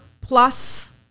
plus